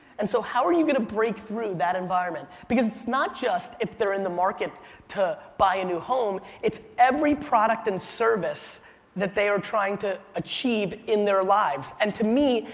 and so how are you going to break through that environment? because it's not just if they're in the market to buy a new home, it's every product and service that they are trying to achieve in their lives. and to me,